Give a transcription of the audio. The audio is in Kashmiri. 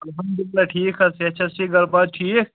اَلحمدُاللہ ٹھیٖک حظ صحت چھےٚ حظ ٹھیٖک گَرٕبار ٹھیٖک